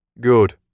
Good